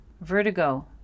Vertigo